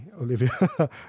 Olivia